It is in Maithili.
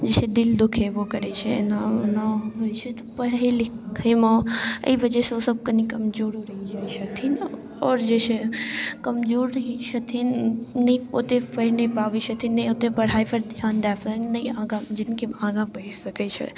जे दिल दुखेबो करै छै एना ओना होइ छै तऽ पढ़ै लिखैमे एहि वजहसँ ओसब कनि कमजोरो रहि जाइ छथिन आओर जे छै कमजोर रहै छथिन नहि ओतेक पढ़ि नहि पाबै छथिन नहि ओतेक पढ़ाइपर धिआन दऽ नहि आगाँ जिनगीमे आगाँ बढ़ि सकै छथि